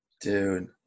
Dude